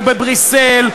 או בבריסל,